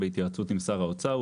בהתייעצות עם שר האוצר,